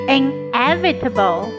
inevitable